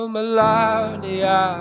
Melania